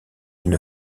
une